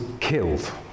killed